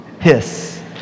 hiss